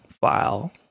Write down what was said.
file